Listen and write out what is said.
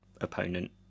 opponent